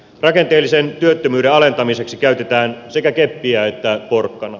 rakenteellisen työttömyyden alentamiseksi käytetään sekä keppiä että porkkanaa